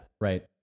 right